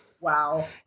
Wow